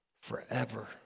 forever